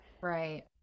right